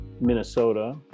Minnesota